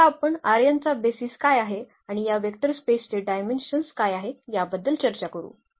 आता आपण चा बेसीस काय आहे आणि या वेक्टर स्पेसचे डायमेन्शन्स काय आहे याबद्दल चर्चा करू